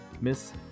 Miss